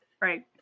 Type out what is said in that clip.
Right